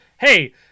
hey